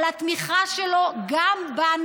וגם על התמיכה שלו בנו.